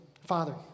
Father